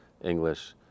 English